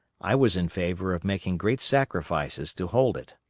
i was in favor of making great sacrifices to hold it.